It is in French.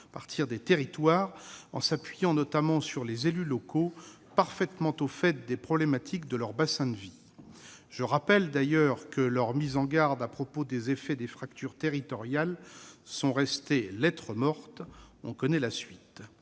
partir des territoires, en s'appuyant notamment sur les élus locaux parfaitement au fait des problématiques de leur bassin de vie. Je rappelle d'ailleurs que leurs mises en garde à propos des effets des fractures territoriales sont restées lettre morte. On connaît la suite